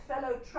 fellow